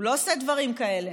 הוא לא עושה דברים כאלה,